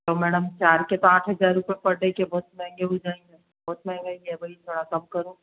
तो मैडम चार के तो पाँच हज़ार रूपये पर डे के बहुत महंगे हो जाएगा बहुत महंगा है ये भाई थोड़ा कम करो